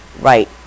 right